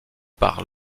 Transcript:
par